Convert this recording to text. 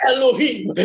Elohim